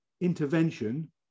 intervention